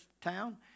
town